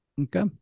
Okay